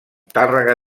tàrrega